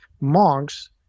monks